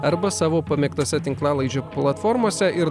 arba savo pamėgtose tinklalaidžių platformose ir